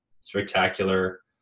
spectacular